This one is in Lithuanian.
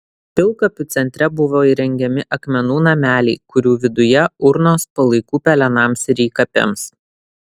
pilkapių centre buvo įrengiami akmenų nameliai kurių viduje urnos palaikų pelenams ir įkapėms